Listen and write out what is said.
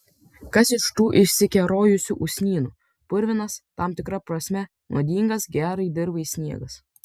kas iš tų išsikerojusių usnynų purvinas tam tikra prasme nuodingas gerai dirvai sniegas